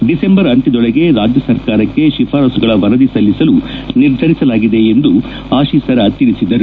December ಅಂತ್ಯದೊಳಗೆ ರಾಜ್ಯ ಸರ್ಕಾರಕ್ಕೆ ಶಿಫಾರಸುಗಳ ವರದಿ ಸಲ್ಲಿಸಲು ನಿರ್ಧರಿಸಲಾಗಿದೆ ಎಂದು ಆಶೀಸರ ತಿಳಿಸಿದರು